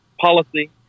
policy